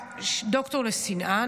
דוקטור לשנאה.